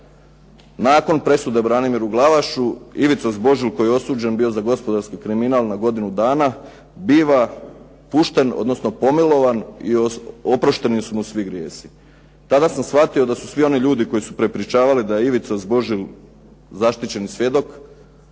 nakon presude Branimiru Glavašu Ivica Zbožl koji je osuđen bio za gospodarski kriminal na godinu dana biva pušten, odnosno pomilovan i oprošteni su mu svi grijesi. Tada sam shvatio da su svi oni ljudi koji su prepričavali da je Ivica Zbožl zaštićeni svjedok